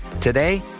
Today